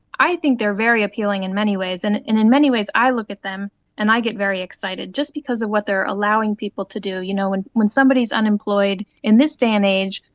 i think they are very appealing in many ways, and in in many ways i look at them and i get very excited, just because of what they are allowing people to do. you know, when when somebody is unemployed in this day and age,